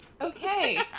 okay